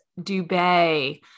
Dubay